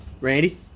Randy